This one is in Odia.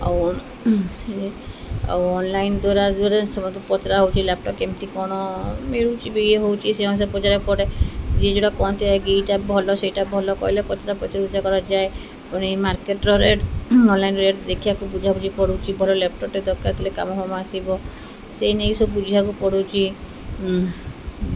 ଆଉ ଆଉ ଅନଲାଇନ୍ ଦ୍ୱାରା ଦ୍ୱାରା ସମସ୍ତ ପଚରା ହଉଛି ଲ୍ୟାପ୍ଟପ୍ କେମିତି କ'ଣ ମିଳୁଛି ବି ଇଏ ହଉଛି ସେ ଅନୁସାରେ ପଚାରିବାକୁ ପଡ଼େ ଯିଏ ଯେଉଁଟା କହନ୍ତି ଏଇଟା ଭଲ ସେଇଟା ଭଲ କହିଲେ ପଚାରେ ପଚାପୂଚା କରାଯାଏ ପୁଣି ମାର୍କେଟର ରେଟ୍ ଅନଲାଇନ୍ ରେଟ୍ ଦେଖିବାକୁ ବୁଝାବୁଝି ପଡ଼ୁଛି ଭଲ ଲ୍ୟାପ୍ଟପ୍ଟେ ଦରକାର ଥିଲେ କାମ ହ ଆସିବ ସେଇ ନେଇକି ସବୁ ବୁଝିବାକୁ ପଡ଼ୁଛି